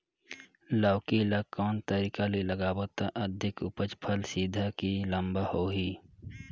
लौकी ल कौन तरीका ले लगाबो त अधिक उपज फल सीधा की लम्बा होही?